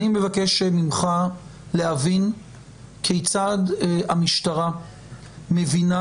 אני מבקש ממך להבין כיצד המשטרה מבינה